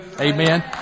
Amen